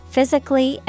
Physically